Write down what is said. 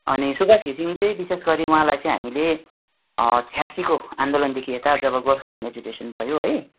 अनि सुभाष घिसिङ चाहिँ विशेष गरी उहाँलाई चाहिँ हामीले छयासीको आन्दोलनदेखि यता जब गोर्खाल्यान्ड एजिटेसन भयो है